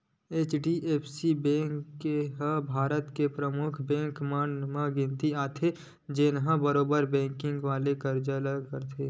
HDFC bank ह भारत के परमुख बेंक मन म गिनती आथे, जेनहा बरोबर बेंकिग वाले कारज ल करथे